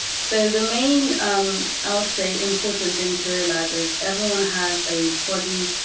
so the main i'll say important thing to realize is everyone has a body.